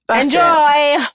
Enjoy